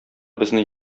безне